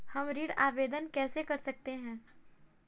हम ऋण आवेदन कैसे कर सकते हैं?